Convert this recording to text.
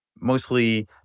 mostly